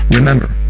Remember